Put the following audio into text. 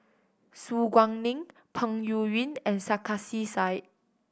Su Guaning Peng Yuyun and Sarkasi Said